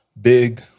big